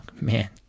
man